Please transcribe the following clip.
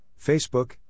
Facebook